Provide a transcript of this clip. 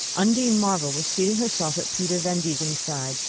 undine marvell was seating herself at peter van degen's side,